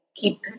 keep